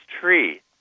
tree